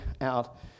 out